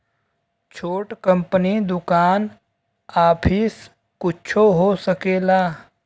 छोट कंपनी दुकान आफिस कुच्छो हो सकेला